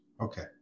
okay